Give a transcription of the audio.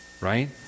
right